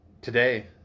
today